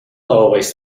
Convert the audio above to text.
always